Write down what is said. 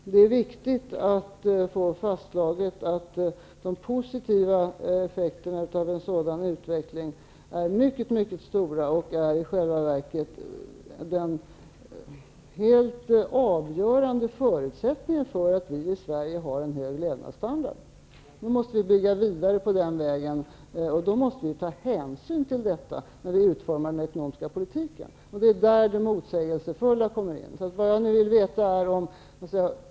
Det är viktigt att få fastslaget att de positiva effekterna av en sådan utveckling är mycket stora. Det är i själva verket den helt avgörande förutsättningen för att vi i Sverige har en hög levnadsstandard. Nu måste vi gå vidare på den vägen, och vi måste ta hänsyn till detta när vi utformar den ekonomiska politiken. Det är där det motsägelsefulla kommer in.